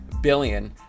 billion